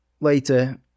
later